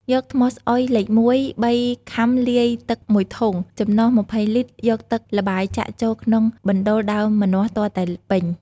យកថ្មស្អុយលេខ១ ៣ខាំលាយ ទឹក១ធុង ចំណុះ២០លីត្រ យកទឹកល្បាយចាក់ចូលក្នុងបណ្តូលដើមម្ចាស់ទាល់តែពេញ។